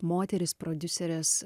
moterys prodiuserės